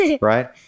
right